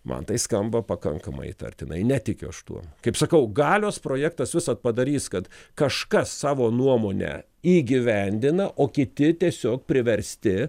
man tai skamba pakankamai įtartinai netikiu aš tuom kaip sakau galios projektas visad padarys kad kažkas savo nuomonę įgyvendina o kiti tiesiog priversti